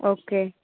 okay